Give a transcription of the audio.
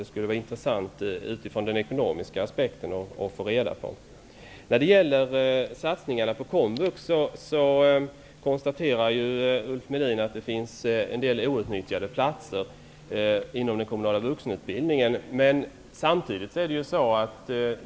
Det skulle vara intressant att få reda på detta utifrån den ekonomiska aspekten. Ulf Melin konstaterar att det finns en del outnyttjade platser inom den kommunala vuxenutbildningen.